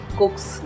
cooks